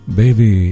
baby